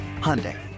Hyundai